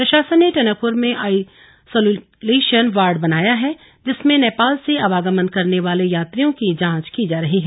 प्रशासन ने टनकपुर में आईसुलेशन वार्ड बनाया है जिसमें नेपाल से आवागमन करने वाले यात्रियों की जांच की जा रही है